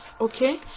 Okay